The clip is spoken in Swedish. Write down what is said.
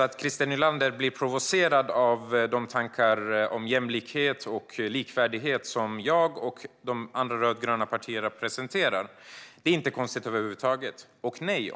Att Christer Nylander blir provocerad av de tankar om jämlikhet och likvärdighet som jag och de andra rödgröna partierna representerar är över huvud taget inte konstigt.